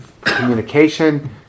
communication